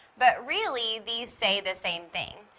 but really, these say the same thing,